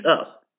up